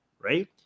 Right